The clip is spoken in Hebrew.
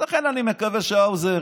אז לכן אני מקווה שהאוזר,